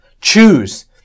choose